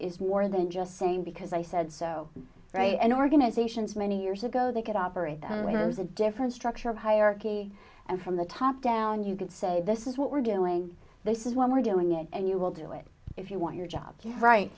is more than just saying because i said so right and organizations many years ago they could operate then when i was a different structure of hierarchy and from the top down you can say this is what we're doing this is why we're doing it and you will do it if you want your job